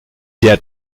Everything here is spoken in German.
der